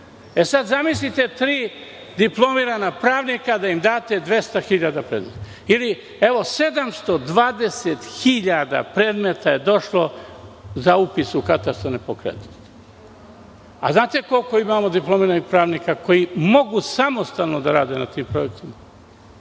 sada tri diplomirana pravnika i da im date 200 hiljada predmeta. Ili, evo, 720 hiljada predmeta je došlo za upis u katastar nepokretnosti. A znate koliko imamo diplomiranih pravnika koji mogu samostalno da rade na tim projektima?